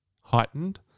heightened